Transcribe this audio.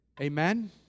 Amen